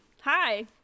hi